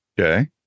okay